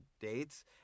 dates